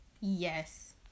Yes